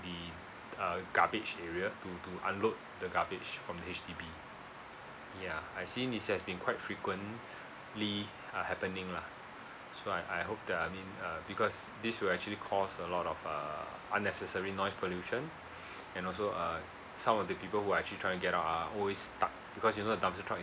the uh garbage area to to unload the garbage from the H_D_B yeah I seen this has being quite frequently uh happening lah so I I hope that I mean uh because this will actually cause a lot of err unnecessary noise pollution and also uh some of the people who're actually trying to get out are always stuck because you know the dumpster truck is